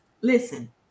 Listen